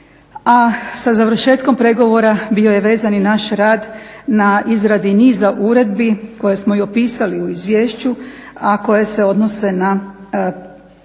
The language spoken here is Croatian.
A sa završetkom pregovora bio je vezan i naš rad na izradi niza uredbi koje smo i opisali u izvješću, a koje se odnose na primjenu